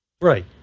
Right